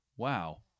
wow